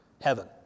heaven